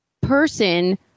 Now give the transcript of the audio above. person